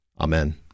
Amen